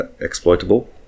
exploitable